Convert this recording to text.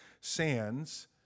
Sands